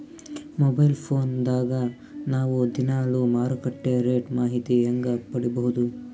Mobile phone ದಾಗ ನಾವು ದಿನಾಲು ಮಾರುಕಟ್ಟೆ ರೇಟ್ ಮಾಹಿತಿ ಹೆಂಗ ಪಡಿಬಹುದು?